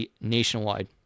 nationwide